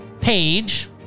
page